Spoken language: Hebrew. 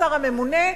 השר הממונה,